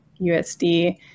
USD